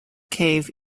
cave